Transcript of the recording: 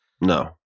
No